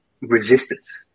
resistance